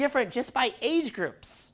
different just by age groups